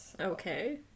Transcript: okay